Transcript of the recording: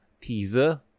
teaser